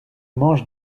mange